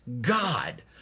God